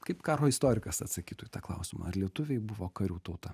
kaip karo istorikas atsakytų į tą klausimą ar lietuviai buvo karių tauta